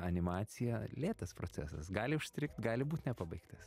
animacija lėtas procesas gali užstrigt gali būt nepabaigtas